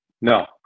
No